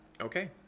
Okay